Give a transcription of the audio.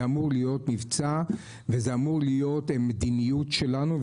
זה אמור להיות מבצע וזה אמור להיות מדיניות שלנו,